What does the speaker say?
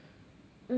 mm